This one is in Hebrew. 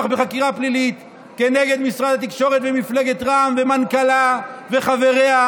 בחקירה פלילית כנגד משרד התקשורת ומפלגת רע"מ ומנכ"לה וחבריה,